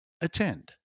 attend